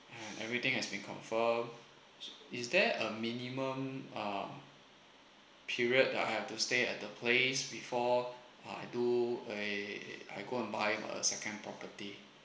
and everything has been confirm is there a minimum um period that I have to stay at the place before I do eh I go and buy a second property